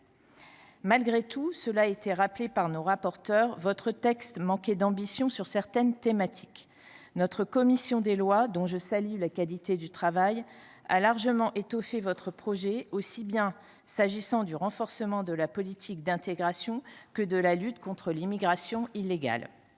Malgré tout, cela a été rappelé par nos rapporteurs, votre texte manquait d’ambition sur certaines thématiques. Notre commission des lois, dont je salue la qualité du travail, a largement étoffé celui ci s’agissant aussi bien du renforcement de la politique d’intégration que de la lutte contre l’immigration illégale.